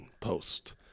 Post